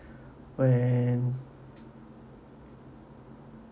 when